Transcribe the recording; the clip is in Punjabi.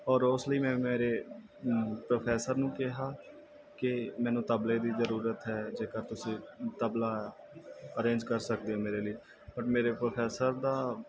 ਔਰ ਉਸ ਲਈ ਮੈਂ ਮੇਰੇ ਪ੍ਰੋਫੈਸਰ ਨੂੰ ਕਿਹਾ ਕਿ ਮੈਨੂੰ ਤਬਲੇ ਦੀ ਜ਼ਰੂਰਤ ਹੈ ਜੇਕਰ ਤੁਸੀਂ ਤਬਲਾ ਅਰੇਂਜ ਕਰ ਸਕਦੇ ਹੋ ਮੇਰੇ ਲਈ ਬੱਟ ਮੇਰੇ ਪ੍ਰੋਫੈਸਰ ਦਾ